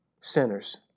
sinners